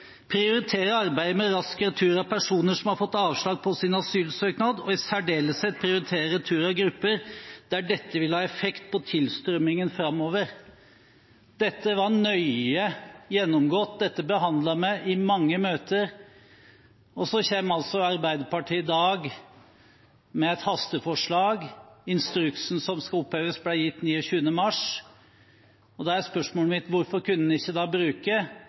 arbeidet med rask retur av personer som har fått avslag på sin asylsøknad, og i særdeleshet prioritere retur av grupper der dette vil ha effekt på tilstrømningen fremover.» Dette var nøye gjennomgått, dette behandlet vi i mange møter, og så kommer altså Arbeiderpartiet i dag med et hasteforslag. Instruksen som skal oppheves, ble gitt 29. mars. Da er spørsmålet mitt: Hvorfor kunne en ikke da